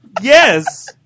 Yes